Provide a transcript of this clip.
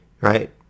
right